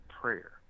prayer